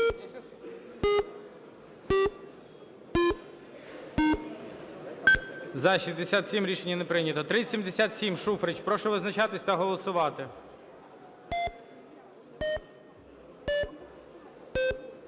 За-67 Рішення не прийнято. 3077, Шуфрич. Прошу визначатись та голосувати.